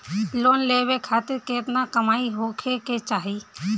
Loan लेवे खातिर केतना कमाई होखे के चाही?